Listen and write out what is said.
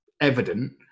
evident